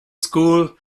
school